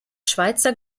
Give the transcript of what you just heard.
schweitzer